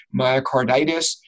myocarditis